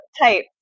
type